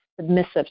submissive